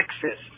Texas